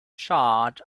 charred